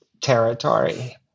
territory